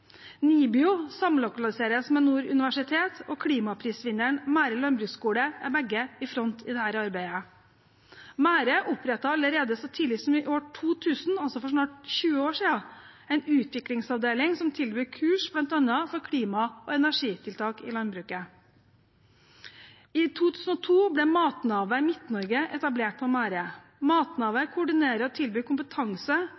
NIBIO, som samlokaliseres med Nord universitet, og klimaprisvinneren Mære landbruksskole er begge i front i dette arbeidet. Mære opprettet allerede så tidlig som i 2000, for snart 20 år siden, en utviklingsavdeling som tilbyr kurs, bl.a. for klima- og energitiltak i landbruket. I 2002 ble Matnavet i Midt-Norge etablert på Mære.